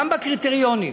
גם בקריטריונים,